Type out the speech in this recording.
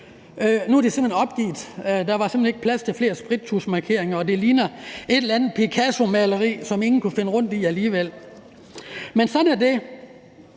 Nu har de simpelt hen opgivet – der var ikke plads til flere sprittuschmarkeringer, og det ligner et eller andet Picassomaleri, som ingen kan finde rundt i alligevel. Men sådan er det.